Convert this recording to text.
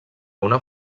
una